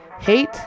hate